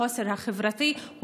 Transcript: החוסן החברתי,